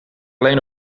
alleen